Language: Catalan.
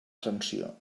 sanció